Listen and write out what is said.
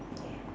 yeah